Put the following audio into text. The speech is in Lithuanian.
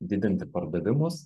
didinti pardavimus